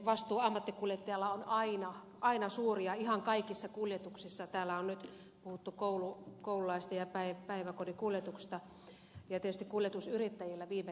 vastuu ammattikuljettajalla on aina suuri ja ihan kaikissa kuljetuksissa täällä on nyt puhuttu koululaisten ja päiväkodin kuljetuksista ja tietysti kuljetusyrittäjillä viime kädessä